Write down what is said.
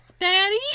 Daddy